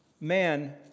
Man